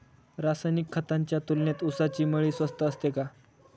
रासायनिक खतांच्या तुलनेत ऊसाची मळी स्वस्त असते का?